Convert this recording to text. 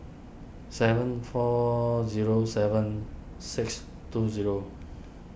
seven four zero seven six two zero